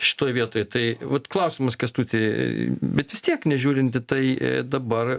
šitoj vietoj tai vat klausimas kęstuti bet vis tiek nežiūrint į tai dabar